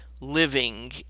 living